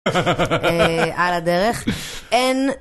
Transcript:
אה... על הדרך. אין...